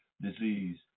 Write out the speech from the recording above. disease